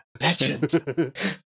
legend